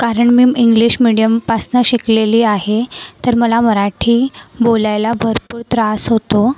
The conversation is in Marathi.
कारण मी इंग्लिश मिडियमपासून शिकलेली आहे तर मला मराठी बोलायला भरपूर त्रास होतो